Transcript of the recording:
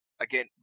Again